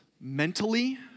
mentally